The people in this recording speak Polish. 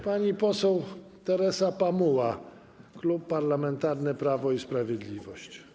Pani poseł Teresa Pamuła, Klub Parlamentarny Prawo i Sprawiedliwość.